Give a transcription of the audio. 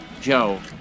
Joe